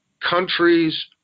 countries